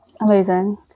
Amazing